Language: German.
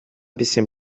bisschen